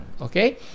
okay